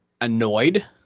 annoyed